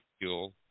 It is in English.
fuel